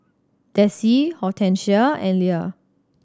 Dessie Hortensia and Ila